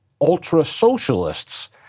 ultra-socialists